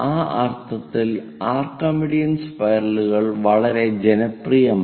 ആ അർത്ഥത്തിൽ ആർക്കിമിഡിയൻ സ്പൈറലുകൾ വളരെ ജനപ്രിയമാണ്